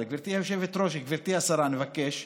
אבל, גברתי היושבת-ראש וגברתי השרה, אני מבקש,